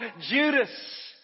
Judas